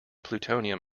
plutonium